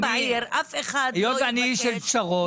היות שאני איש של פשרות,